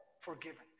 forgiven